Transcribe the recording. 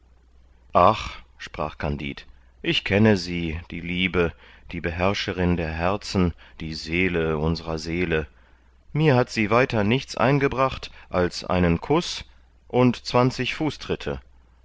ach sprach kandid ich kenne sie die liebe die beherrscherin der herzen die seele unserer seele mir hat sie weiter nichts eingebracht als einen kuß und zwanzig fußtritte